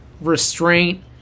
restraint